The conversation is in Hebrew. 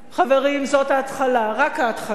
חברים, זאת ההתחלה, רק ההתחלה.